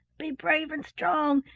be brave and strong,